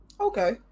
okay